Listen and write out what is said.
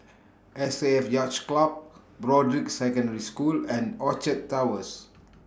S A F Yacht Club Broadrick Secondary School and Orchard Towers